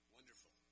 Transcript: Wonderful